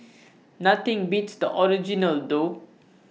nothing beats the original though